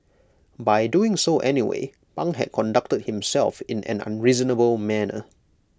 by doing so anyway pang had conducted himself in an unreasonable manner